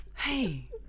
hey